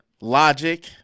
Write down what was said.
Logic